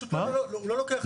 הוא לא לוקח דואר.